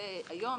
היום,